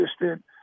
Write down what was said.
assistant